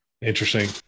Interesting